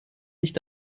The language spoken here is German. nicht